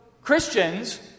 Christians